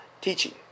teaching